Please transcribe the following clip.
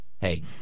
hey